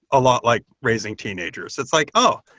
a lot like raising teenagers. it's like, oh!